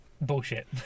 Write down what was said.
bullshit